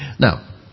Now